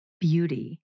beauty